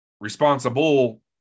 responsible